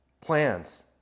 Plans